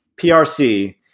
PRC